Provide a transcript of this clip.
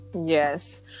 Yes